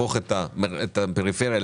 אני אתן ליוזמת הדיון יעל להציג את הנושא,